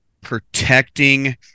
protecting